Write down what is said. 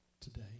today